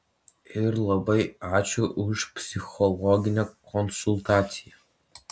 ir labai ačiū už psichologinę konsultaciją